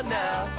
now